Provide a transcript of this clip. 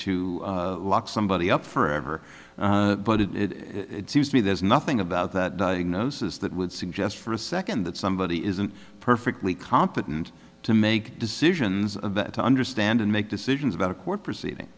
to lock somebody up forever but it seems to me there's nothing about that diagnosis that would suggest for a second that somebody isn't perfectly competent to make decisions to understand and make decisions about a court proceeding